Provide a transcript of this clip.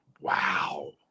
Wow